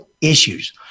issues